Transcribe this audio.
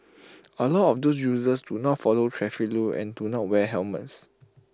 A lot of those users do not follow traffic rules and do not wear helmets